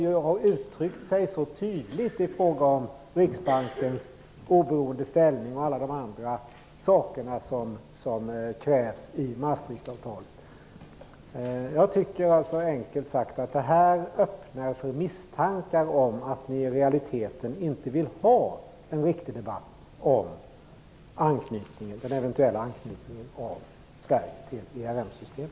De har ju uttryckt sig mycket tydligt i fråga om Riksbankens oberoende ställning och allt annat som krävs i Maastrichtavtalet. Jag tycker, enkelt uttryckt, att detta öppnar för misstankar om att ni i realiteten inte vill ha en riktig debatt om en eventuell svensk anknytning till ERM